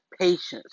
patience